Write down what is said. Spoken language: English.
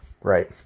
right